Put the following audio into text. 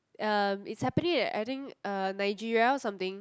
um it's happening at I think uh Nigeria or something